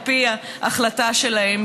על פי ההחלטה שלהן.